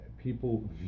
people